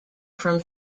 from